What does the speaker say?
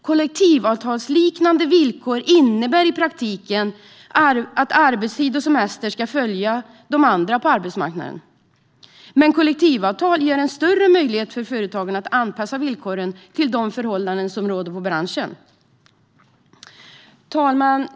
Kollektivavtalsliknande villkor innebär i praktiken att arbetstid och semester ska följa andra villkor på arbetsmarknaden. Men kollektivavtal ger en större möjlighet för företagen att anpassa villkoren till de förhållanden som råder i branschen. Herr talman!